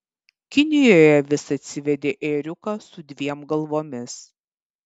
kinijoje avis atsivedė ėriuką su dviem galvomis